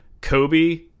Kobe